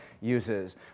uses